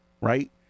right